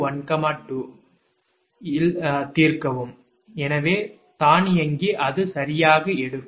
for solve இல் தீர்க்கவும் எனவே தானியங்கி அது சரியாக எடுக்கும்